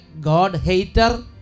God-hater